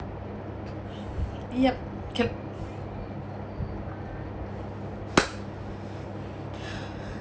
yup yup